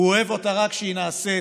הוא אוהב אותה רק כשהיא נעשית